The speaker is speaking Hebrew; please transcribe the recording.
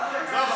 מה זה קשור?